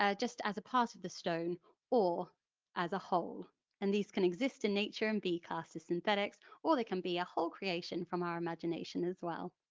ah just as part of the stone or as a whole and these can exist in nature and be classed as synthetics or they can be a whole creation from our imagination as well.